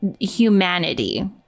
humanity